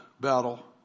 battle